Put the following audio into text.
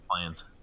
plans